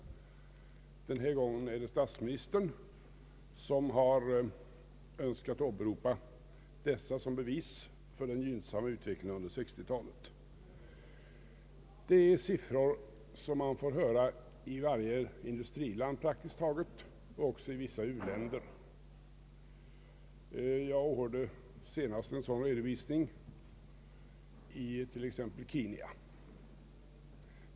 Den här gången är det statsministern som har önskat åberopa dessa som bevis för den gynnsamma utvecklingen under 1960-talet. Det är siffror som man får höra i praktiskt taget varje industriland och även i vissa u-länder. Jag åhörde senast en sådan redovisning i Kenya.